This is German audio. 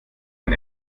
ein